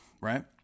right